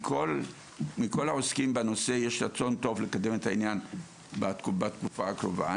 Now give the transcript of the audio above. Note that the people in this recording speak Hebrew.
מכל העוסקים בנושא יש רצון טוב לקדם את העניין בתקופה הקרובה.